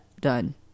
done